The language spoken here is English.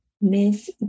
miss